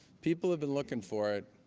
people have been looking for it